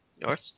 north